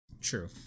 true